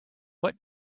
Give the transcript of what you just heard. what